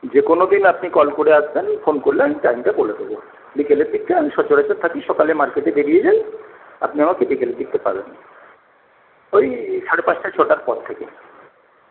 যেকোনো দিন আপনি কল করে আসবেন ফোন করলে আমি টাইমটা বলে দেবো বিকেলের দিকটা আমি সচরাচর থাকি সকালে মার্কেটে বেরিয়ে যাই আপনি আমাকে বিকেলের দিকটা পাবেন ওই সারেপাঁচটা ছয়টার পর থেকে